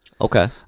Okay